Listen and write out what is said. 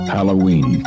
Halloween